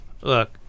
Look